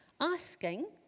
Asking